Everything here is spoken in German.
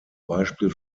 beispiel